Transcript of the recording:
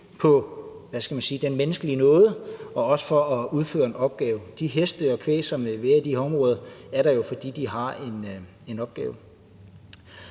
den menneskelige nåde, men også for at udføre en opgave. De heste og det kvæg, som vil være i de her områder, er der jo, fordi de har en opgave.